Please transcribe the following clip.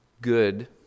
good